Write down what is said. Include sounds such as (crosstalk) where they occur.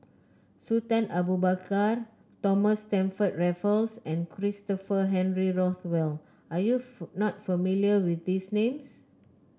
Sultan Abu Bakar Thomas Stamford Raffles and Christopher Henry Rothwell are you (unintelligible) not familiar with these names